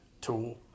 tool